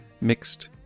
mixed